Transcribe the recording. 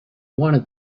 wanted